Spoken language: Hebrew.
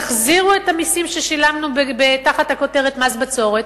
תחזירו את המסים ששילמנו תחת הכותרת מס בצורת,